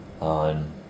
on